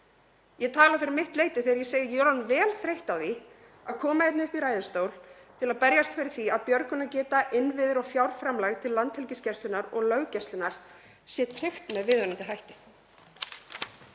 Ég segi fyrir mitt leyti að ég er orðin vel þreytt á því að koma hingað upp í ræðustól til að berjast fyrir því að björgunargeta, innviðir og fjárframlag til Landhelgisgæslunnar og löggæslunnar sé tryggt með viðunandi hætti.